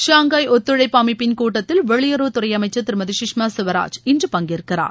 Shanghai ஒத்துழைப்பு அமைப்பின் கூட்டத்தில் வெளியுறவு துறை அமைச்சர் திருமதி சுஷ்மா ஸ்வராஜ் இன்று பங்கேற்கிறார்